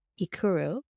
ikuru